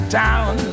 town